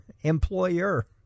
employer